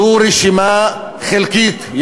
זו רשימה חלקית.